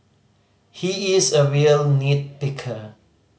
he is a real nit picker